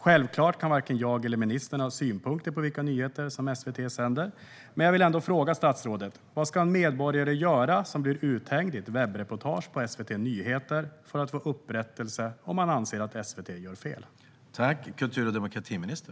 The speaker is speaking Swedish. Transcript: Självklart kan varken jag eller ministern ha synpunkter på vilka nyheter som SVT sänder, men jag vill ändå fråga statsrådet: Vad ska den medborgare göra som blir uthängd i ett webbreportage på SVT Nyheter för att få upprättelse om han anser att SVT har gjort fel?